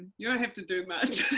you don't have to do much.